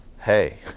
Hey